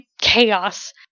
chaos